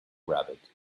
rabbit